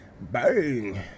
bang